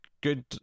good